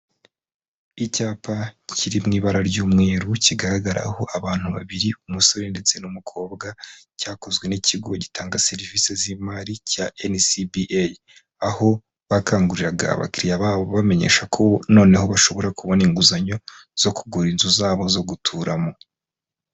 Icyapa kiri mu ibara ry'umweru kigaragaraho abantu babiri umusore ndetse n'umukobwa cyakozwe n'ikigo gitanga serivisi z'imari cya enisibi eyi aho bakanguriraga abakiliriya babo bamenyesha ko noneho bashobora kubona inguzanyo zo kugura inzu zabo zo guturamo.